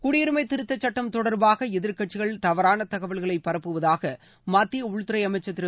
குடியுரிமை திருத்தச் சட்டம் தொடர்பாக எதிர்க்கட்சிகள் தவறான தகவல்களை பரப்புவதாக மத்திய உள்துறை அமைச்சர் திரு